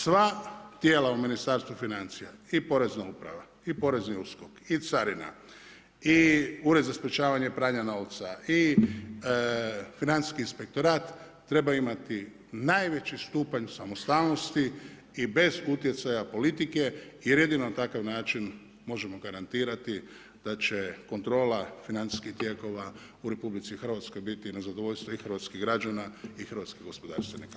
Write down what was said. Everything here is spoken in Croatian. Sva tijela u Ministarstvu financija i Porezna uprava i Porezni uskok i carina i Ured za sprječavanje pranja novca i financijski inspektorat treba imati najveći stupanj samostalnosti i bez utjecaja politike jer jedino na takav način možemo garantirati da će kontrola financijskih tijekova u RH biti na zadovoljstvo i Hrvatskih građana i hrvatskog gospodarstvenika.